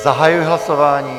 Zahajuji hlasování.